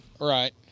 Right